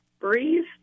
breathe